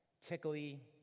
tickly